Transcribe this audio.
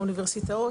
האוניברסיטאות?